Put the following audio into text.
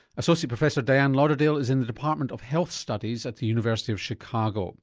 associate professor diane lauderdale is in the department of health studies at the university of chicago.